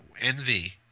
Envy